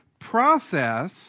process